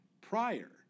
prior